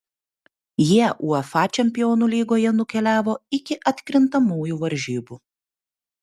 jie uefa čempionų lygoje nukeliavo iki atkrintamųjų varžybų